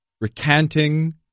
recanting